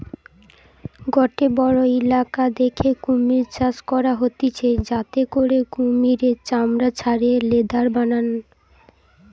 গটে বড়ো ইলাকা দ্যাখে কুমির চাষ করা হতিছে যাতে করে কুমিরের চামড়া ছাড়িয়ে লেদার বানায়